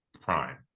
Prime